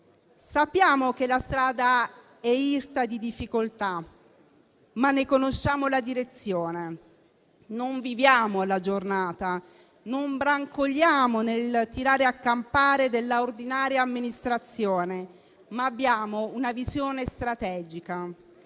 Sappiamo che la strada è irta di difficoltà, ma ne conosciamo la direzione. Non viviamo alla giornata, non brancoliamo nel tirare a campare della ordinaria amministrazione, ma abbiamo una visione strategica,